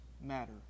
matter